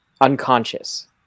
unconscious